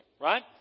right